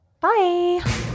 Bye